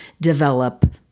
develop